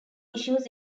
issues